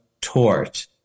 tort